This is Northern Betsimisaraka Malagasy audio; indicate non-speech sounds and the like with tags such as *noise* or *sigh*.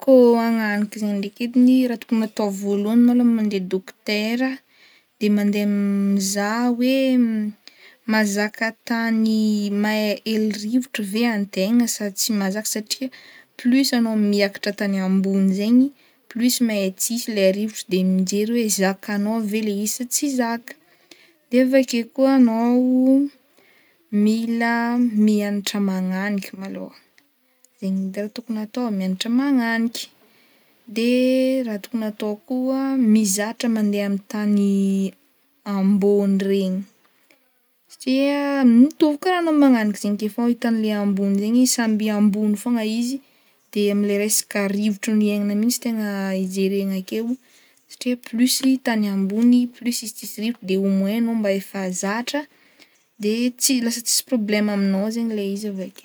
Kô hagnanika zegny ndraiky ediny raha tokony hatao voalohany malôha tokony mandeha dokotera de mandeha *hesitation* mizaha hoe mazaka tany mahai-hely rivotro ve antegna sa tsy mazaka satria plus anao miakatra tany ambony zegny mahai-tsisy le rivotro de mijery hoe zakanao ve le izy sa tsy zaka de avake koa anao mila mianatra magnaniky malôha zegny edy raha tokony atao mianatra magnanika de raha tokony atao koa mizatra mandeha amin'ny tany *hesitation* ambôny regny satria mitovy karaha anao magnanika zegny ake fô i tany le ambony zegny samby ambony fogna izy de am'le resaka rivotro niaignana mintsy tegna ijerena akeo satria plus tany ambony plus izy sisy rivotro de au moins anao mba efa zatra e tsy- lasa tsisy problema aminao zegny le izy avake.